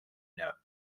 note